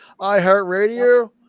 iHeartRadio